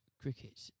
cricket